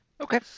okay